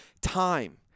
time